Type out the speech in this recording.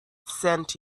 sent